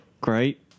great